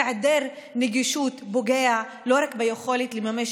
היעדר נגישות פוגע לא רק ביכולת לממש